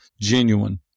genuine